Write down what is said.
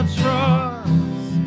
trust